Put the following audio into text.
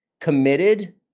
committed